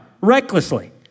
recklessly